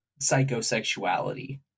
psychosexuality